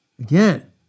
again